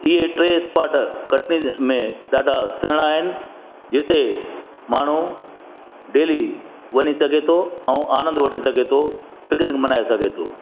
इहे टे स्पार्ट कटनी में ॾाढा सुहिणा आहिनि जिते माण्हू डेली वञी सघे थो ऐं आनंदु वठी सघे थो पिकनिक मनाए सघे थो